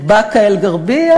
את באקה-אלע'רביה,